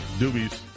doobies